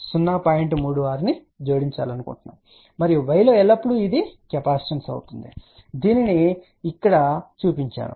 36 ను జోడించాలనుకుంటున్నాము మరియు y లో ఎల్లప్పుడూ ఇది కెపాసిటెన్స్ అవుతుంది దీనిని ఇక్కడ ఈ దశలో చూపించాను